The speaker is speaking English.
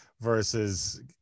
versus